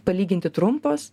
palyginti trumpos